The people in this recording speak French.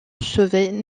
sauver